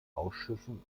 ausschüssen